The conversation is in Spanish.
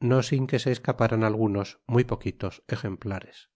no sin que se escaparan algunos muy poquitos ejemplares